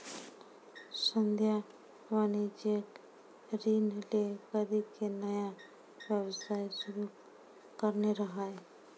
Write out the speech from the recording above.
संध्या वाणिज्यिक ऋण लै करि के नया व्यवसाय शुरू करने रहै